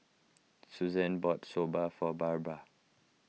Susanne bought Soba for Barbara